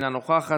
אינה נוכחת,